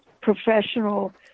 professional